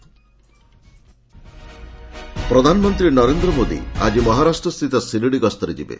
PM Shirdi ପ୍ରଧାନମନ୍ତ୍ରୀ ନରେନ୍ଦ୍ର ମୋଦି ଆଜି ମହାରାଷ୍ଟ୍ରସ୍ଥିତ ସିରିଡି ଗସ୍ତରେ ଯିବେ